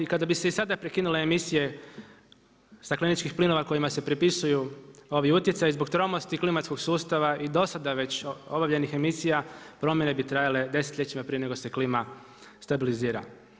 I kada bi se sada prekinule emisije stakleničkih plinova kojima se prepisuju ovi utjecaji zbog tromosti klimatskog sustava i do sada već obavljenih emisija promjene bi trajale desetljećima prije nego se klima stabilizira.